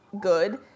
good